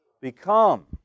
Become